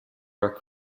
are